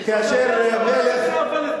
מתי היתה פה מדינה פלסטינית?